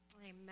Amen